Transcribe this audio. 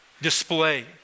display